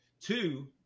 Two